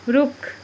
रुख